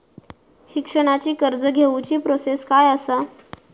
शिक्षणाची कर्ज घेऊची प्रोसेस काय असा?